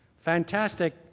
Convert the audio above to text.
Fantastic